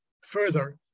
further